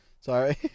Sorry